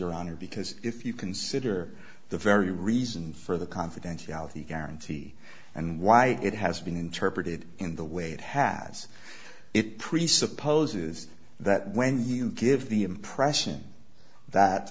honor because if you consider the very reason for the confidentiality guarantee and why it has been interpreted in the way it has it presupposes that when you give the impression that